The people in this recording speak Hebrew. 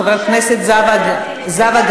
חברת הכנסת זהבה גלאון.